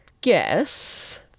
guess